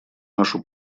нашу